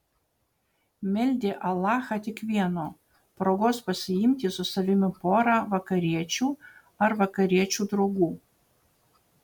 meldė alachą tik vieno progos pasiimti su savimi porą vakariečių ar vakariečių draugų